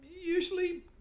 usually